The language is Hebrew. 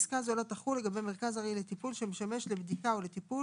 פסקה זו לא תחול לגבי מרכז ארעי לטיפול שמשמש לבדיקה או לטיפול